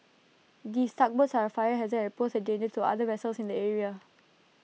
these tugboats are A fire hazard and pose A danger to other vessels in the area